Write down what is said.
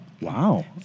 wow